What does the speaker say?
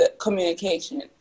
communication